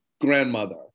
grandmother